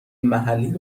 محلی